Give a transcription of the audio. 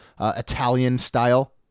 Italian-style